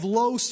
low